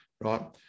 right